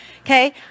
Okay